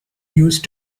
used